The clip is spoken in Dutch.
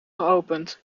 geopend